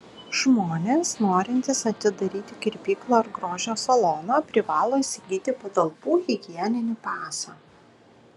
žmonės norintys atidaryti kirpyklą ar grožio saloną privalo įsigyti patalpų higieninį pasą